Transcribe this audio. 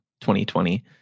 2020